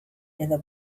edo